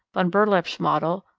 von berlepsch model.